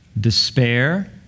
despair